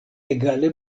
egale